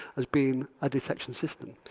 as being a detection system.